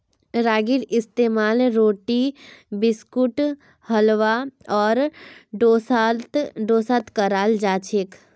रागीर इस्तेमाल रोटी बिस्कुट हलवा आर डोसात कराल जाछेक